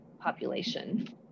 population